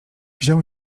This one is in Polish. wziął